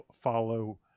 follow